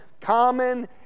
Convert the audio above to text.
common